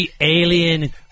alien